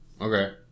Okay